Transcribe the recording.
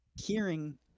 hearing